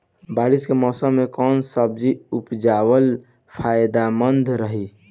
बारिश के मौषम मे कौन सब्जी उपजावल फायदेमंद रही?